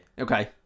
Okay